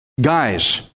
guys